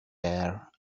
air